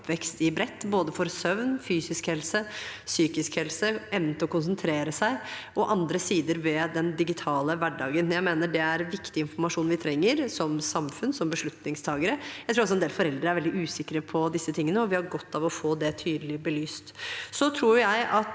både for søvn, fysisk helse, psykisk helse, evnen til å konsentrere seg og andre sider ved den digitale hverdagen. Jeg mener det er viktig informasjon vi trenger som samfunn, som beslutningstakere. Jeg tror også en del foreldre er veldig usikre på disse tingene, og vi har godt av å få det tydelig belyst.